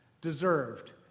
deserved